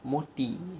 moti